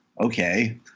okay